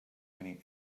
many